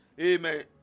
Amen